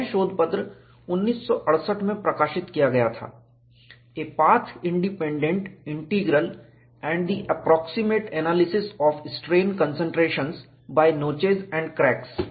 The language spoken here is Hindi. यह शोधपत्र 1968 में प्रकाशित किया गया था 'a path independent integral and the approximate analysis of strain concentrations by notches and cracks